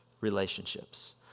relationships